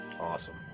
awesome